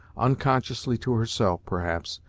unconsciously to herself, perhaps,